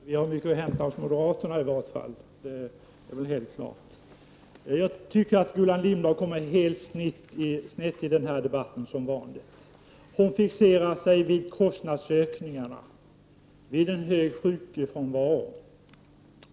Herr talman! Jag tycker i varje fall inte att vi har mycket att hämta hos moderaterna. Detta är väl helt klart. Gullan Lindblad hamnar, som jag ser det, som vanligt helt snett i den här debatten. Hon fixerar sig vid kostnadsökningarna och vid en hög sjukfrånvaro.